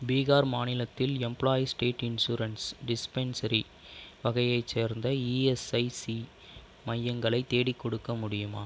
பீகார் மாநிலத்தில் employees state insurance dispensary வகையைச் சேர்ந்த இஎஸ்ஐசி மையங்களைத் தேடிக்கொடுக்க முடியுமா